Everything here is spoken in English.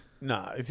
no